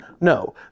No